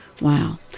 Wow